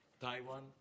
Taiwan